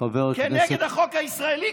כנגד החוק הישראלי,